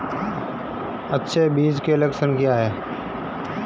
अच्छे बीज के लक्षण क्या हैं?